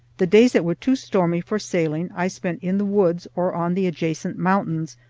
the days that were too stormy for sailing i spent in the woods, or on the adjacent mountains,